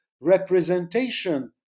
representation